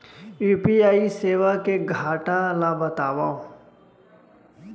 UPI सेवा के घाटा ल बतावव?